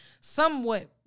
somewhat